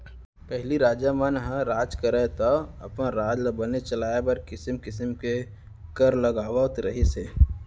पहिली राजा मन ह राज करयँ तौ अपन राज ल बने चलाय बर किसिम किसिम के कर लगावत रहिन हें